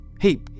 Hey